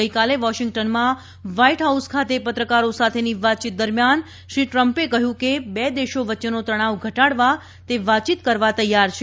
ગઇકાલે વાશિંગ્ટનમાં white house ખાતે પત્રકારો સાથેની વાતચીત દરમિયાન શ્રી ટ્રમ્પે કહ્યું કે બે દેશો વચ્ચેનો તણાવ ઘટાડવા તે વાતચીત કરવા તૈયાર છે